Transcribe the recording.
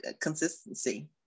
consistency